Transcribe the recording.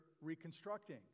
reconstructing